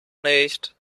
nicht